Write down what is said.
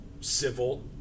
civil